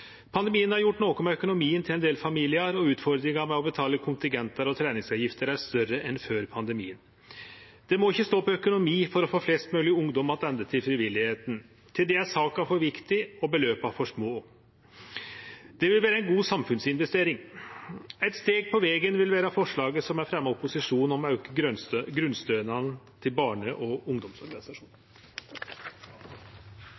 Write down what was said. Pandemien har gjort noko med økonomien til ein del familiar, og utfordringa med å betale kontingentar og treningsavgifter er større enn før pandemien. Det må ikkje stå på økonomi for å få flest mogleg ungdom attende til frivilligheita – til det er saka for viktig og beløpa for små. Det vil vere ei god samfunnsinvestering, og eit steg på vegen vil vere forslaget som er fremja av opposisjonen, om å auke grunnstønaden til barne- og